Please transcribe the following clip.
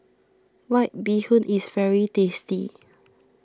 White Bee Hoon is very tasty